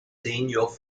senior